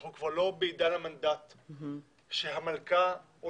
אנחנו כבר לא בעידן המנדט שהמלכה או